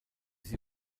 sie